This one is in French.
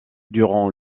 durant